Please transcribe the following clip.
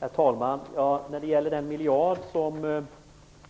Herr talman! När det gäller den miljard